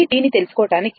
VC ని తెలుసుకోవడానికి